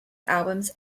albums